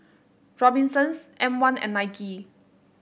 Robinsons M one and Nike